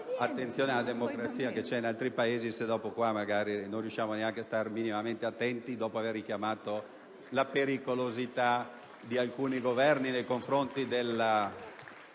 attenzione alla democrazia che c'è in altri Paesi, se poi qui non riusciamo neanche a stare minimamente attenti, dopo aver richiamato la pericolosità di alcuni Governi nei confronti della